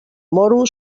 moro